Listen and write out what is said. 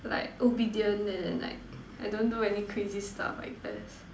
like obedient and then like I don't do any crazy stuff I guess